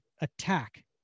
attack